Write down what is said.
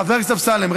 חבר הכנסת אמסלם,